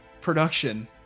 production